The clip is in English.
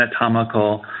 anatomical